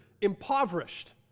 impoverished